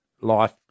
life